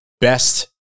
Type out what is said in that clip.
best